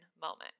moment